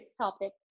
topic